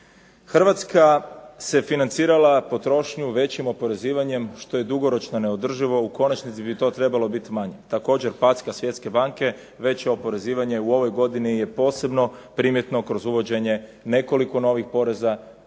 Hrvatska se financirala potrošnju većim oporezivanjem što je dugoročno neodrživo, u konačnici bi to trebalo biti manje. Također packa Svjetske banke veće oporezivanje u ovoj godini je posebno primjetno kroz uvođenje nekoliko novih poreza